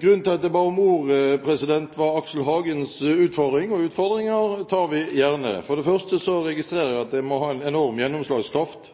Grunnen til at jeg ba om ordet, var Aksel Hagens utfordring, og utfordringer tar vi gjerne. For det første registrerer jeg at jeg må ha en enorm gjennomslagskraft,